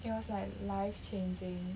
it was like life changing